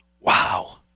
wow